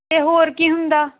ਅਤੇ ਹੋਰ ਕੀ ਹੁੰਦਾ